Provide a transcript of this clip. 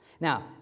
Now